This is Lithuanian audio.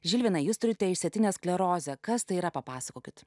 žilvinai jūs turite išsėtine skleroze kas tai yra papasakokit